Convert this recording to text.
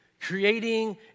creating